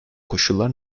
koşullar